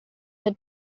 had